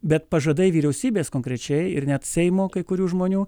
bet pažadai vyriausybės konkrečiai ir net seimo kai kurių žmonių